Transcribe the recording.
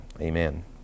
amen